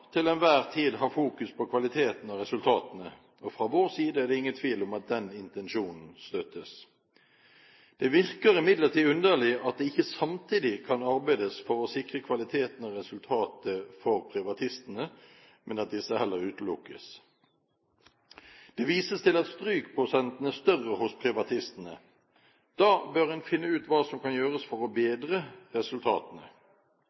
til enhver tid ha fokus på kvaliteten og resultatene, og fra vår side er det ingen tvil om at den intensjonen støttes. Det virker imidlertid underlig at det ikke samtidig kan arbeides for å sikre kvaliteten og resultatet for privatistene, men at disse heller utelukkes. Det vises til at strykprosenten er større hos privatistene. Da bør en finne ut hva som kan gjøres for å